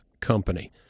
company